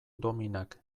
dominak